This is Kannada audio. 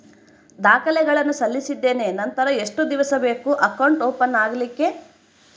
ದಾಖಲೆಗಳನ್ನು ಸಲ್ಲಿಸಿದ್ದೇನೆ ನಂತರ ಎಷ್ಟು ದಿವಸ ಬೇಕು ಅಕೌಂಟ್ ಓಪನ್ ಆಗಲಿಕ್ಕೆ?